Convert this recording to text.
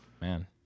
man